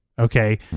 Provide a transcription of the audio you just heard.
Okay